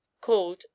called